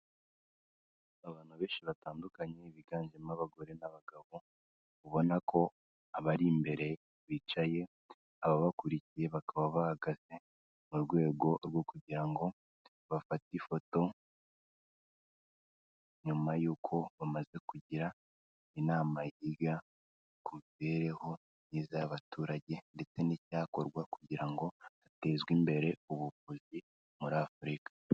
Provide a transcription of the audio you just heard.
Abantu benshi batandukanye biganjemo abagore n'abagabo, ubona ko abari imbere bicaye, ababakurikiye bakaba bahagaze mu rwego rwo kugira ngo bafate ifoto nyuma yuko bamaze kugira inama yiya ku mibereho myiza y'abaturage ndetse n'icyakorwa kugira ngo hatezwe imbere ubuvuzi muri Afurika.